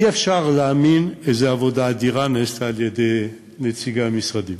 אי-אפשר להאמין איזו עבודה אדירה נעשתה על-ידי נציגי המשרדים.